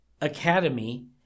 academy